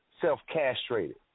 self-castrated